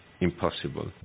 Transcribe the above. impossible